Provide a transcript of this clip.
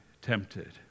tempted